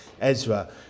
Ezra